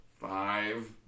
Five